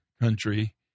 country